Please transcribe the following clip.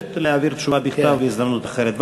להעביר תשובה בכתב בהזדמנות אחרת.